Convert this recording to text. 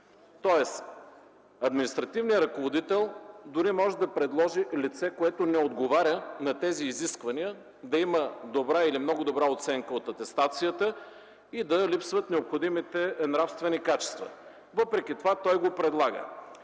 Тоест административният ръководител дори може да предложи лице, неотговарящо на тези изисквания, да има „добра” или „много добра” оценка от атестацията и да липсват необходимите нравствени качества. Въпреки това той го предлага